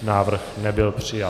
Návrh nebyl přijat.